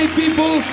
people